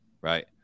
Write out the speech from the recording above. right